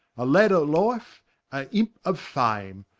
a lad of life, an impe of fame,